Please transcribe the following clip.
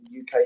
UK